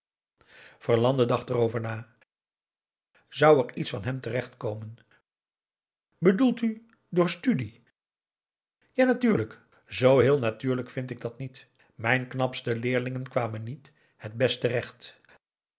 verlande dacht erover na zou er iets van hem terechtkomen bedoelt u door studie ja natuurlijk zoo heel natuurlijk vind ik dat niet mijn knapste leerlingen kwamen niet het best terecht